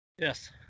Yes